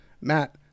Matt